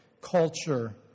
culture